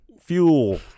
Fuel